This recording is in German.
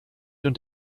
und